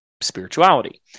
spirituality